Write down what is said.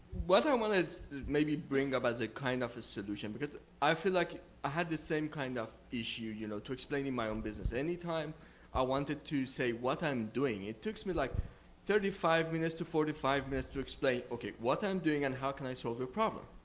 what i wanted maybe bring up as a kind of a solution because i feel like ah had the same kind of issue you know to explaining my own business. anytime i wanted to say what i'm doing, it took me like thirty five minutes to forty five minutes to explain, okay, what i am doing and how can i solve your problem?